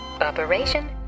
Operation